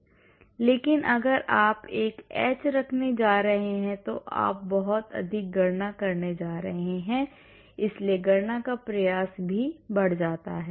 लेकिन अगर आप एक h रखने जा रहे हैं तो आप बहुत अधिक गणना करने जा रहे हैं इसलिए गणना का प्रयास भी बढ़ जाता है